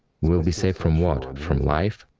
will be saved from what? from life?